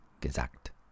Gesagt